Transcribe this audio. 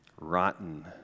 rotten